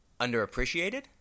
underappreciated